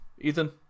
Ethan